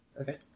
Okay